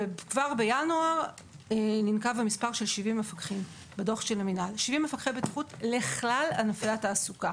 וכבר בינואר ננקב המספר 70 מפקחי בטיחות במינהל לכלל ענפי התעסוקה.